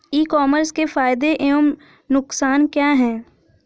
ई commerce के फायदे एवं नुकसान क्या हैं?